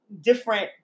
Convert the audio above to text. different